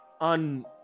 on